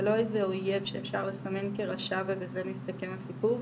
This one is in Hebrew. זה לא איזה אויב שאפשר לסמן כרשע ובזה מסתכם הסיפור,